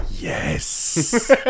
Yes